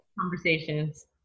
Conversations